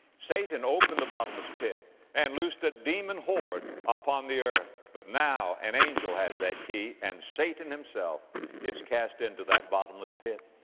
satan opened the bottomless pit and loosed a demon horde upon the earth. but now an angel has that key and satan himself is cast into that bottomless pit.